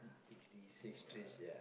six days no lah